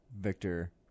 Victor